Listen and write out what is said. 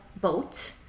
boat